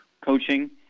coaching